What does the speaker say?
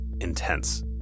intense